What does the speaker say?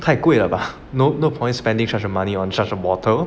太贵了吧 no no no point spending money on such a bottle